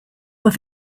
were